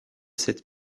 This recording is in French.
cette